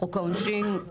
חוק העונשין,